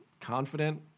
confident